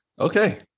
Okay